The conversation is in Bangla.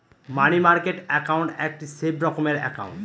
মানি মার্কেট একাউন্ট একটি সেফ রকমের একাউন্ট